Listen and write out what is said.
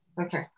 okay